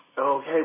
Okay